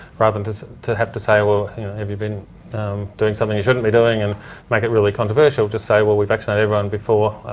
rather than to so to have to say, ah have you been um doing something you shouldn't be doing and make it really controversial, just say, we vaccinated everyone before.